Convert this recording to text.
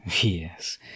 Yes